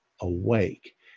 awake